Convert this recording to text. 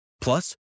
Plus